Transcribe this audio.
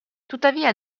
tuttavia